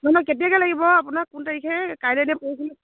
নহয় নহয় কেতিয়াকৈ লাগিব আপোনাক কোন তাৰিখে কাইলৈনে পৰহিলৈ